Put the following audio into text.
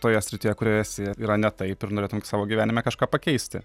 toje srityje kurioje esi yra ne taip ir norėtum savo gyvenime kažką pakeisti